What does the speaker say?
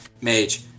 mage